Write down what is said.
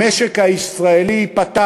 המשק הישראלי ייפתח,